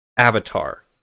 Avatar